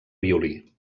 violí